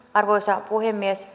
arvoisa puhemies